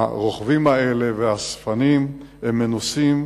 הרוכבים והאספנים האלה הם מנוסים,